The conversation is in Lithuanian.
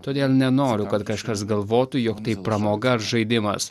todėl nenoriu kad kažkas galvotų jog tai pramoga žaidimas